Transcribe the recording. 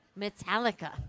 Metallica